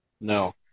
No